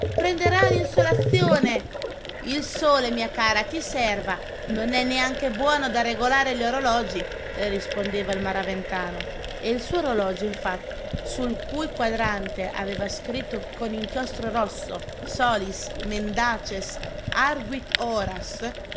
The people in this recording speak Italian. prenderai un'insolazione il sole mia cara ti serva non è neanche buono da regolare gli orologi le rispondeva il maraventano e il suo orologio infatti sul cui quadrante aveva scritto con inchiostro rosso solis mendaces arguit horas